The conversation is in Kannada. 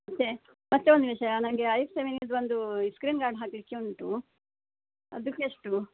ಮತ್ತೆ ಮತ್ತೆ ಒಂದು ವಿಷಯ ನನಗೆ ಐಸೆವೆನಿದು ಒಂದು ಸ್ಕ್ರೀನ್ ಗಾರ್ಡ್ ಹಾಕಲಿಕ್ಕೆ ಉಂಟು ಅದಕ್ಕೆ ಎಷ್ಟು